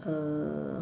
a